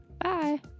Bye